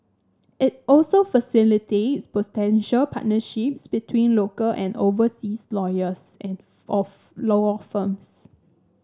it also facilitates potential partnerships between local and overseas lawyers at of lower firms